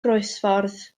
groesffordd